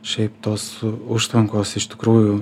šiaip tos užtvankos iš tikrųjų